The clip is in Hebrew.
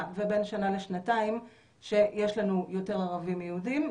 ובין שנה לשנתיים יש לנו יותר ערבים מיהודים,